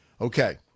Okay